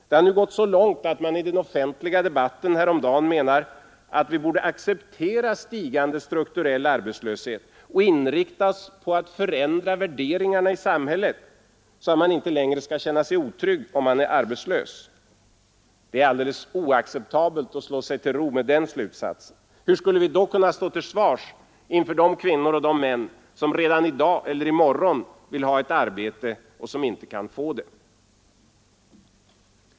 Det har nu gått så långt att man i den offentliga debatten häromdagen menade att vi borde acceptera stigande strukturell arbetslöshet och inrikta oss på att förändra värderingarna i samhället, så att man inte längre skall känna sig otrygg, om man är arbetslös. Det är alldeles oacceptabelt att slå sig till ro med den slutsatsen. Hur skulle vi då kunna stå till svars inför de kvinnor och män som redan i dag eller i morgon vill ha ett arbete och som inte kan få det?